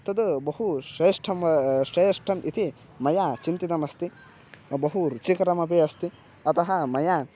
तद् बहु श्रेष्ठं श्रेष्ठम् इति मया चिन्तितमस्ति बहु रुचिकरमपि अस्ति अतः मया